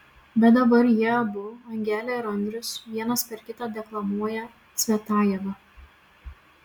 bet dabar jie abu angelė ir andrius vienas per kitą deklamuoja cvetajevą